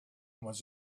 was